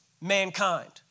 mankind